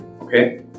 Okay